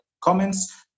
comments